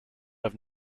have